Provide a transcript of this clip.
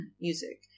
music